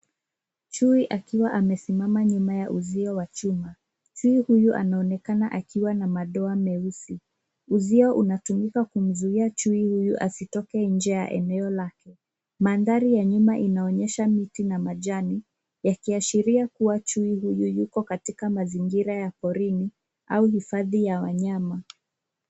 Chui akiwa amesimama nyuma ya uzio wa chuma. Chui huyu anaonekana akiwa na madoa meusi. Uzio unatumika kumzuia chui huyu asitoke inje ya eneo lake. Mandhari ya nyuma inaonyesha miti na majani yakiashiria kuwa chui huyu yuko katika mazingira ya porini au hifadhi ya wanyama.